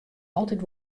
altyd